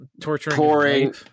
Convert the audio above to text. torturing